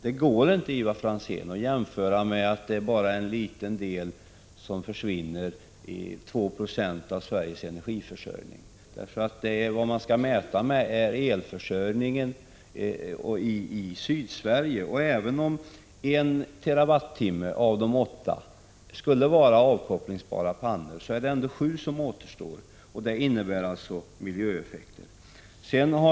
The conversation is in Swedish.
Det går inte, Ivar Franzén, att säga att det bara är en liten del som försvinner, 2 96 av Sveriges energiförsörjning. Vad man skall mäta är elförsörjningen i Sydsverige. Även om det skulle vara avkopplingsbara pannor när det gäller 1 TWh, återstår ändå 7 TWh. Det innebär alltså miljöeffekter.